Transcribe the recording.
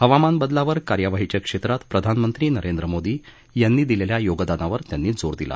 हवामान बदलावर कार्यवाहीच्या क्षेत्रात प्रधानमंत्री नरेंद्र मोदी यांनी दिलेल्या योगदानावर त्यांनी जोर दिला